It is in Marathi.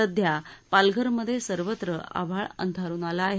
सध्या पालघरमध्ये सर्वत्र आभाळ अंधारून आलं आहे